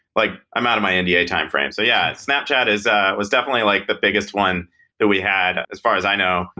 like i'm out of my nda yeah timeframe. so yeah, snapchat ah was definitely like the biggest one that we had as far as i know.